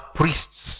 priests